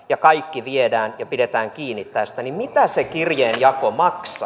ja kaikki viedään ja pidetään kiinni tästä mitä se kirjeen jako maksaa